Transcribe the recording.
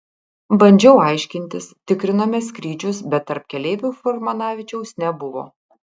bandžiau aiškintis tikrinome skrydžius bet tarp keleivių furmanavičiaus nebuvo